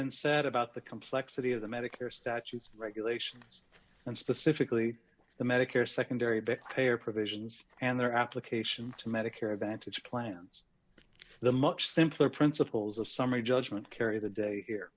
been said about the complexity of the medicare statutes regulations and specifically the medicare secondary because they are provisions and their application to medicare advantage plans the much simpler principles of summary judgment carry the day here